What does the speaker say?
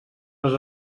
les